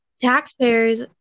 Taxpayers